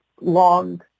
long